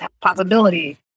possibility